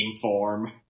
form